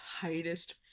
tightest